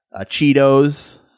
Cheetos